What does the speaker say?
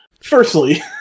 Firstly